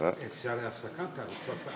אפשר הפסקה כאן?